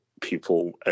people